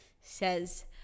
says